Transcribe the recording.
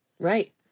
Right